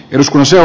jos museo